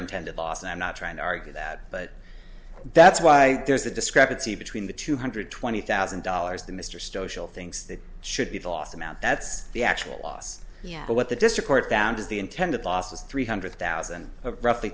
intended loss and i'm not trying to argue that but that's why there's a discrepancy between the two hundred twenty thousand dollars the mr stone things that should be the last amount that's the actual loss yeah but what the district court found is the intended loss was three hundred thousand roughly